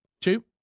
two